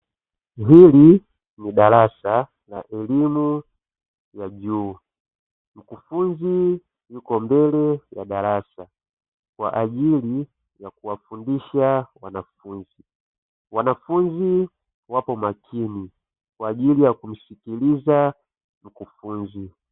Hili ni darasa la elimu ya juu. Mkufunzi yuko mbele ya darasa kwa ajili ya kuwafundisha wanafunzi. Wanafunzi wapo makini kwa ajili ya kumsikiliza mkufunzi.